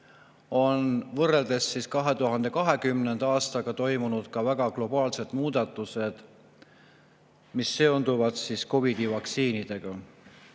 on võrreldes 2020. aastaga toimunud ka väga globaalsed muutused, mis seonduvad COVID‑i vaktsiinidega.